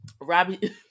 Robbie